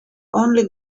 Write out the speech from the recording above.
only